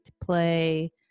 play